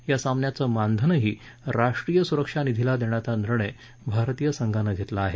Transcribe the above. या सामन्याचं मानधनही राष्ट्रीय सुरक्षा निधीला देण्याचा निर्णय भारतीय संघानं घेतला आहे